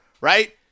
right